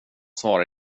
svara